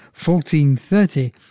1430